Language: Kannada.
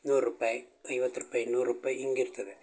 ನೂರು ರುಪಾಯಿ ಐವತ್ತು ರುಪಾಯಿ ನೂರು ರುಪಾಯಿ ಹೀಗ್ ಇರ್ತದೆ